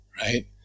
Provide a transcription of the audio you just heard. right